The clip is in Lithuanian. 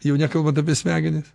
jau nekalbant apie smegenis